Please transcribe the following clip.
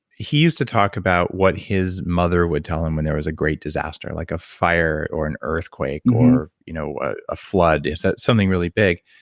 he used to talk about what his mother would tell him when there was a great disaster like a fire or an earthquake or you know a flood, something really big,